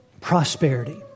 Prosperity